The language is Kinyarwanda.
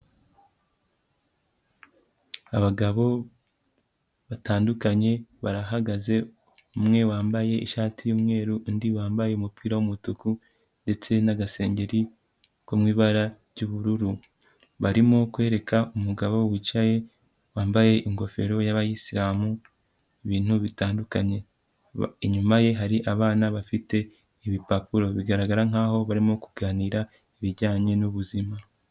Abagabo batandukanye barahagaze umwe wambaye ishati y'umweru undi wambaye umupira w'umutuku ndetse n'agasengeri ko mu ibara ry'ubururu, barimo kwereka umugabo wicaye wambaye ingofero y'abayisiramu ibintu bitandukanye, ba inyuma ye hari abana bafite ibipapuro bigaragara nkaho barimo kuganira ibijyanye n'ubuzima.